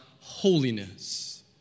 holiness